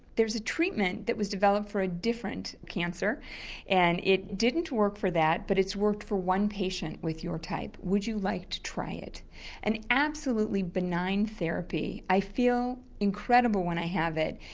there's a treatment that was developed for a different cancer and it didn't work for that but it's worked for one patient with your type, would you like to try it? and an absolutely benign therapy, i feel incredible when i have it.